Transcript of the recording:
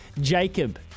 Jacob